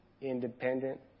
independent